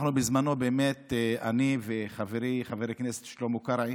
בזמנו, אני וחברי חבר הכנסת שלמה קרעי,